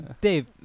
Dave